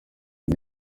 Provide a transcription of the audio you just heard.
ine